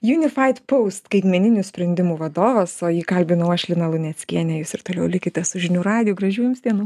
unifiedpost skaitmeninių sprendimų vadovas o jį kalbinau aš lina luneckienė jūs ir toliau likite su žinių radiju gražių jums dienų